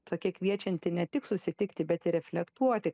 tokia kviečianti ne tik susitikti bet ir reflektuoti